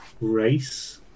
race